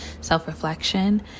self-reflection